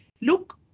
look